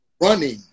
running